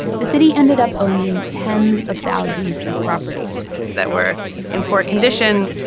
the city ended up owning tens of thousands of properties that were in poor condition,